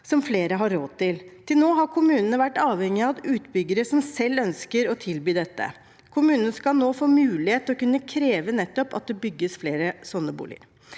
som flere har råd til. Til nå har kommunene vært avhengige av utbyggere som selv ønsker å tilby dette. Kommunene skal nå få mulighet til å kunne kreve at det bygges nettopp flere slike boliger.